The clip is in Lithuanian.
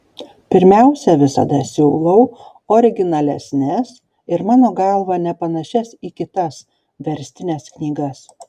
pirmiausia visada siūlau originalesnes ir mano galva nepanašias į kitas verstines knygas